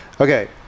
okay